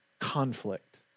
Conflict